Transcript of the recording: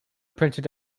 printed